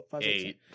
eight